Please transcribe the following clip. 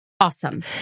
awesome